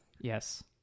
Yes